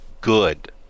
Good